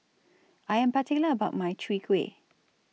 I Am particular about My Chwee Kueh